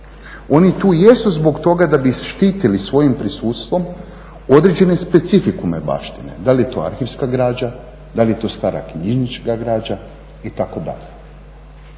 Oni tu jesu zbog toga da bi štitili svojim prisustvom određene specifikume baštine, da li je to arhivska građa, da li je to stara knjižnička građa itd.